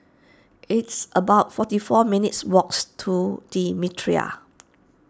it's about forty four minutes' walks to the Mitraa